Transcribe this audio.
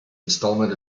installment